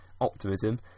optimism